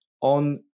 on